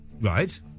Right